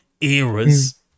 eras